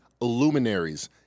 luminaries